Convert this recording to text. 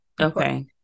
Okay